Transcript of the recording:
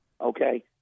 Okay